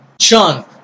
Sean